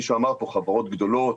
בחברות גדולות,